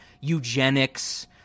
eugenics